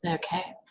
and okay.